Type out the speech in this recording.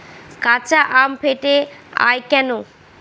কাঁচা আম ফেটে য়ায় কেন?